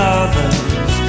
others